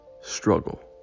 struggle